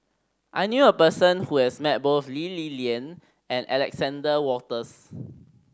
I knew a person who has met both Lee Li Lian and Alexander Wolters